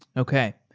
okay.